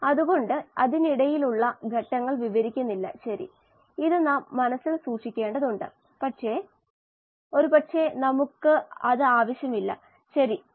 സമയത്തിനെതിരെ oxygen ഗാഢതയുടെ വ്യതിയാനം നൽകുന്ന ഒരു പരീക്ഷണത്തിൽ നിന്നുള്ള ഡാറ്റ ഉണ്ടെങ്കിൽ നമുക്ക് KLa എന്ന സ്ലോപ് ലഭിക്കും